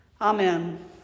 Amen